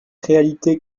réalité